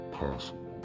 possible